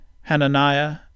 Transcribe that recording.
Hananiah